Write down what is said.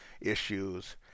issues